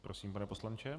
Prosím, pane poslanče.